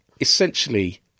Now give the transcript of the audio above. essentially